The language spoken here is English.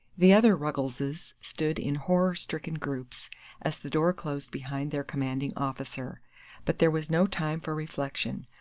the other ruggleses stood in horror-stricken groups as the door closed behind their commanding officer but there was no time for reflection,